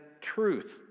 truth